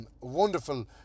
wonderful